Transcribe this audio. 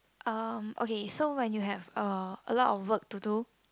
um okay so when you have uh a lot of work to do